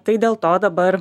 tai dėl to dabar